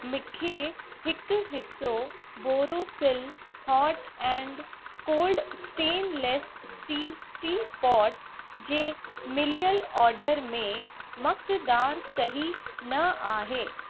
मूंखे हिकु हिसो Borosil hot and cold stainless steel teapot जे मिलियलु ऑर्डर में मकदार सही न आहे